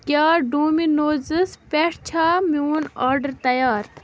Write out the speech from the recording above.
کیٛاہ ڈومِنوزَس پٮ۪ٹھ چھا میون آرڈَر تیار